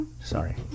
Sorry